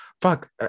Fuck